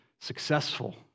successful